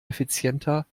effizienter